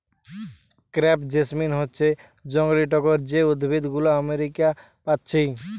crepe jasmine হচ্ছে জংলি টগর যে উদ্ভিদ গুলো আমেরিকা পাচ্ছি